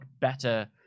better